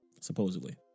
supposedly